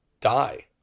die